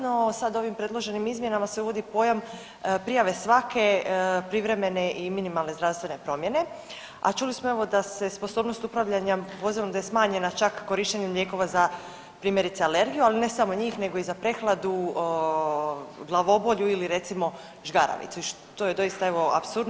No, sad ovim predloženim izmjenama se uvodi pojam prijave svake privremene i minimalne zdravstvene promjene, a čuli smo evo da se sposobnost upravljanja vozilom da je smanjenja čak korištenjem lijekova za primjerice alergiju, ali ne samo njih nego i za prehladu, glavobolju ili recimo žgaravicu što je doista evo apsurdno.